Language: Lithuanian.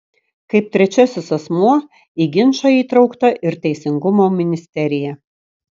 kaip trečiasis asmuo į ginčą įtraukta ir teisingumo ministerija